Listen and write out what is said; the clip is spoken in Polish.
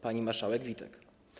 Pani Marszałek Witek!